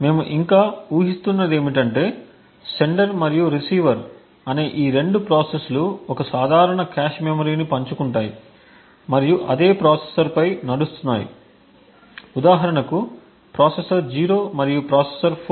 మేము ఇంకా ఊహిస్తున్నది ఏమిటంటే సెండర్ మరియు రిసీవర్ అనే ఈ రెండు ప్రాసెస్లు ఒక సాధారణ కాష్ మెమరీని పంచుకుంటాయి మరియు అదే ప్రాసెసర్పై రన్ అవుతున్నాయి ఉదాహరణకు ప్రాసెసర్ 0 మరియు ప్రాసెసర్ 4